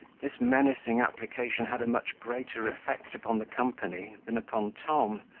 this menacing application had a much greater effect upon the company than upon tom,